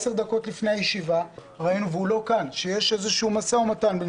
עשר דקות לפני הישיבה ראינו שיש איזשהו משא ומתן בין